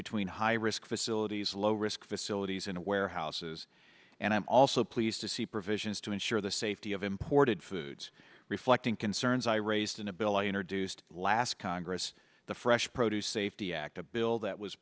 between high risk facilities low risk facilities and warehouses and i'm also pleased to see provisions to ensure the safety of imported foods reflecting concerns i raised in a bill i introduced last congress the fresh produce safety act a bill that was